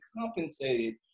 compensated